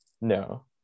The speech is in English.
No